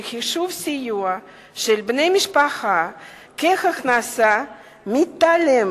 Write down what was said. שחישוב סיוע של בני-משפחה כהכנסה מתעלם